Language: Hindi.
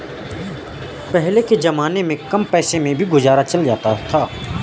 पहले के जमाने में कम पैसों में भी गुजारा चल जाता था